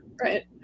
right